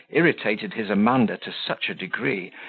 irritated his amanda to such a degree,